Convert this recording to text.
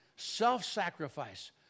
self-sacrifice